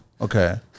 Okay